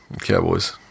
Cowboys